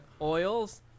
Oils